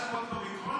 ארבעה שבועות לאומיקרון,